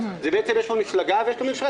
יש פה מפלגה ויש ממשלה,